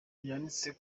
byanditswe